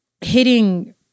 hitting